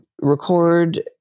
record